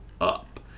up